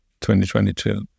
2022